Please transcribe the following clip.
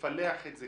תפלח את זה.